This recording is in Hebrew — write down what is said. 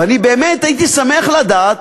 והייתי שמח לדעת,